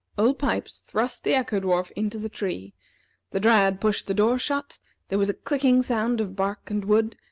old pipes thrust the echo-dwarf into the tree the dryad pushed the door shut there was a clicking sound of bark and wood,